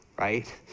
right